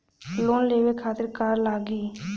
Loan लेवे खातीर का का लगी?